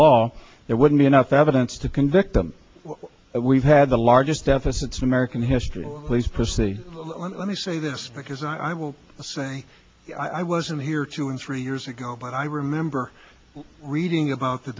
law there wouldn't be enough evidence to convict them we've had the largest deficit in american history please press the let me say this because i will say i wasn't here two and three years ago but i remember reading about the